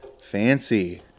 Fancy